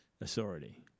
authority